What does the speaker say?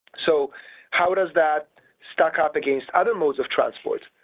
so how does that stack up against other modes of transport?